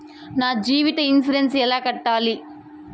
నా జీవిత ఇన్సూరెన్సు ఎలా కట్టాలి?